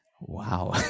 Wow